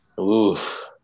Oof